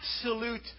absolute